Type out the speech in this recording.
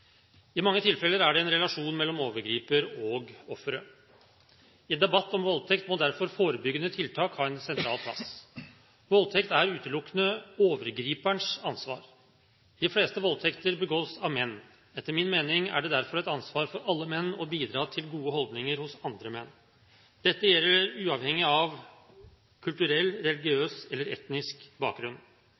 I mange tilfeller er det en relasjon mellom overgriper og offer. I debatt om voldtekt må derfor forebyggende tiltak ha en sentral plass. Voldtekt er utelukkende overgriperens ansvar. De fleste voldtekter begås av menn. Etter min mening er det derfor et ansvar for alle menn å bidra til gode holdninger hos andre menn. Dette gjelder uavhengig av kulturell, religiøs eller etnisk bakgrunn.